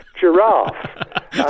giraffe